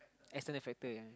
external factor